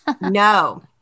No